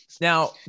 Now